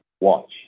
watch